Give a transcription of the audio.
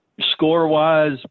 score-wise